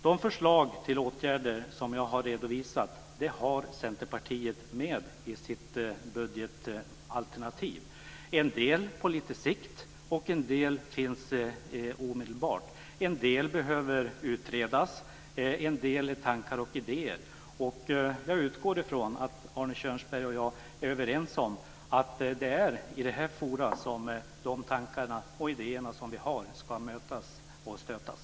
De förslag till åtgärder som jag har redovisat finns med i Centerpartiets budgetalternativ. En del föreslår vi på lite längre sikt, och en del föreslår vi omedelbart. En del behöver utredas, och en del är tankar och idéer. Jag utgår ifrån att Arne Kjörnsberg och jag är överens om att det är i detta forum som de tankar och idéer som vi har ska mötas och stötas.